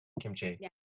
Kimchi